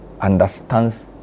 understands